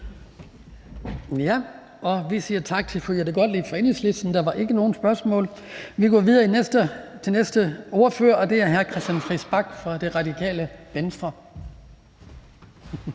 Vi siger tak til fru Jette Gottlieb fra Enhedslisten. Der var ikke nogen spørgsmål. Vi går videre til næste ordfører, og det er hr. Christian Friis Bach fra Radikale Venstre.